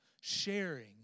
Sharing